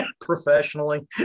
professionally